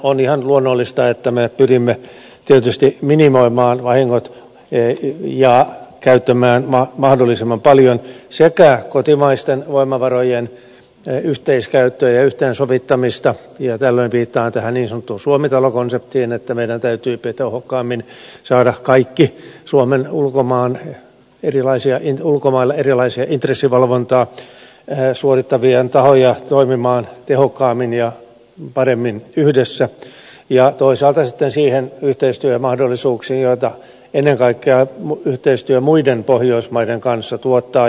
on ihan luonnollista että me pyrimme tietysti minimoimaan vahingot ja käyttämään mahdollisimman paljon kotimaisia voimavaroja yhteiskäyttöisesti ja yhteensovittaen ja tällöin viittaan tähän niin sanottuun suomi talo konseptiin että meidän täytyy tehokkaammin saada kaikki suomen ulkomaan erilaisia niin ulkomaille erilaisia ulkomailla erilaista intressivalvontaa suorittavat tahot toimimaan tehokkaammin ja paremmin yhdessä ja toisaalta niihin yhteistyömahdollisuuksiin joita ennen kaikkea yhteistyö muiden pohjoismaiden kanssa tuottaa